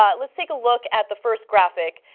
ah let's take a look at the first graphic.